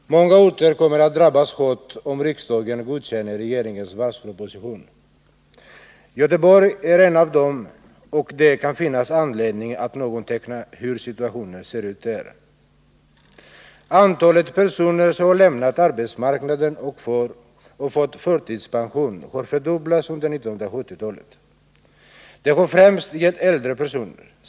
Herr talman! Många orter kommer att drabbas hårt, om riksdagen godkänner regeringens varvsproposition. Göteborg är en av dem, och det kan finnas anledning att något teckna hur situationen ser ut där. Antalet personer som har lämnat arbetsmarknaden och fått förtidspension har fördubblats under 1970-talet. Det har främst gällt äldre personer.